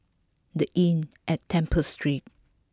the Inn at Temple Street